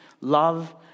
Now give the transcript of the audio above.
love